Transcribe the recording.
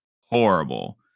horrible